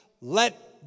let